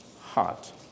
heart